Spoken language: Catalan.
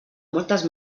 moltes